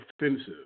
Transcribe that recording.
Offensive